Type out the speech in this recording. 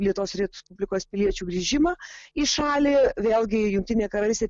lietuvos respublikos piliečių grįžimą į šalį vėlgi jungtinė karalystė